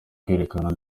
kwerekana